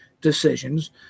decisions